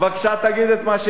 בבקשה,